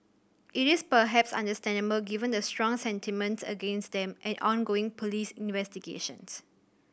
it is perhaps understandable given the strong sentiments against them and ongoing police investigations